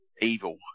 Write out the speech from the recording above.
evil